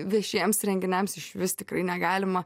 viešiems renginiams išvis tikrai negalima